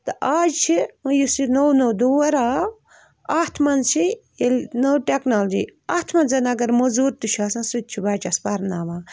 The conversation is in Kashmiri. تہٕ اَز چھِ یُس یہِ نوٚو نوٚو دور آو اَتھ منٛز چھِ ییٚلہِ نٔو ٹٮ۪کنالجی اَتھ منٛز اگر موٚزوٗر تہِ چھُ آسان سُہ تہِ چھُ بچس پرناوان